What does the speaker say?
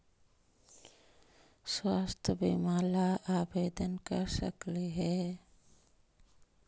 स्वास्थ्य बीमा ला आवेदन कर सकली हे?